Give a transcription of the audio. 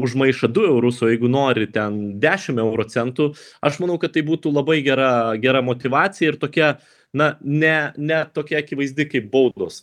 už maišą du eurus o jeigu nori ten dešim euro centų aš manau kad tai būtų labai gera gera motyvacija ir tokia na ne ne tokia akivaizdi kaip baudos